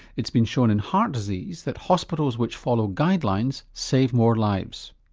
it's been shown in heart disease that hospitals which follow guidelines save more lives.